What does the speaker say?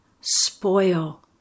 spoil